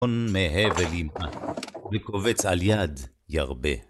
הון מהבל ימעט וקובץ על יד ירבה